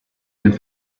good